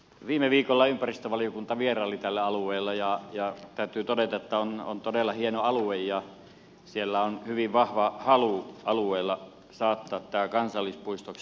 viime viikolla ympäristövaliokunta vieraili tällä alueella ja täytyy todeta että alue on todella hieno ja siellä on hyvin vahva halu saattaa se kansallispuistoksi